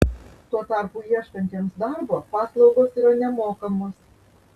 tuo tarpu ieškantiems darbo paslaugos yra nemokamos